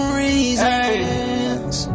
reasons